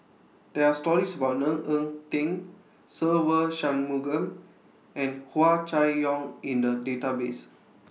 There Are stories about Ng Eng Teng Se Ve Shanmugam and Hua Chai Yong in The Database